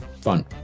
fun